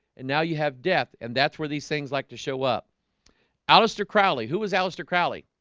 and now you have death and that's where these things like to show up aleister crowley, who was aleister crowley